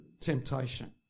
temptation